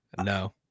No